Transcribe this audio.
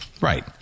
Right